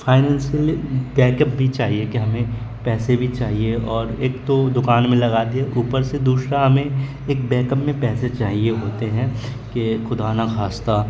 financially backup بھی چاہیے کہ ہمیں پیسے بھی چاہیے اور ایک تو دوکان میں لگا دیا اوپر سے دوسرا ہمیں ایک بیک اپ میں پیسے چاہیے ہوتے ہیں کہ خدا نخواستہ